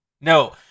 No